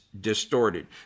distorted